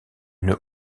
une